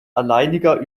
alleiniger